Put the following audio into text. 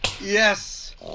Yes